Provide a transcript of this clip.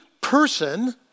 person